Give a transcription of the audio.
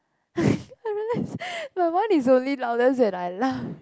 I realized my voice is only loudest when I laugh